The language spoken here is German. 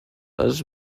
als